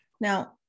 Now